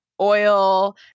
oil